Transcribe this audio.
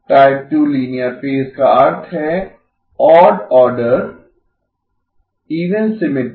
type 2 linear phase का अर्थ है ओड ऑर्डर इवन सिमिट्री